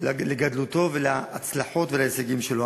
לגדלותו ולהצלחות ולהישגים שלו.